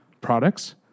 products